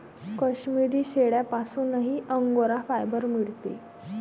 काश्मिरी शेळ्यांपासूनही angora fibre मिळते